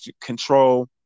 control